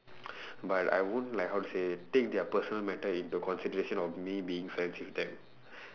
but I won't like how to say take their personal matter into consideration of me being friends with them